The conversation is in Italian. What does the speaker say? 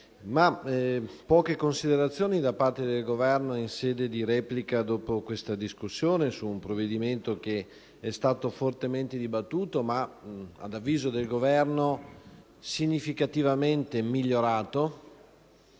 poche considerazioni in sede di replica, dopo questa discussione su un provvedimento fortemente dibattuto, ma ad avviso del Governo significativamente migliorato